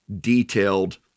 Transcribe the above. detailed